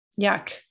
Yuck